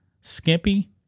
skimpy